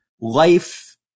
life